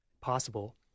possible